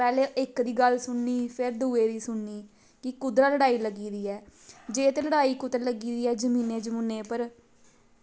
पैह्लैं इक दी गल्ल सुननी फिर दुए दी सुननी कि कुद्धरां लड़ाई लग्गी दी ऐ जे ते लड़ाई कुतै लग्गी दी ऐ जमीनै जमुनै उप्पर